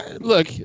Look